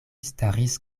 staris